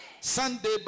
Sunday